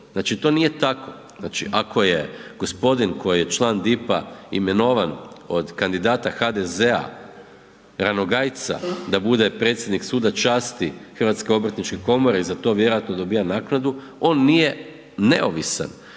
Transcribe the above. Znači to nije tako. Znači ako je g. koji je član DIP-a imenovan od kandidata HDZ-a Ranogajca, da bude predsjednik Suda časti HOK-a i za to vjerojatno dobiva naknadu, on nije neovisan